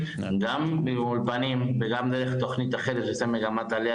גם מהאולפנים וגם דרך תוכנית אחרת שזה מגמת עלייה